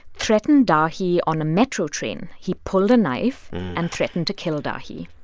threatened dahi on a metro train. he pulled a knife and threatened to kill dahi.